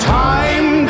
time